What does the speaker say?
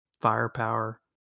firepower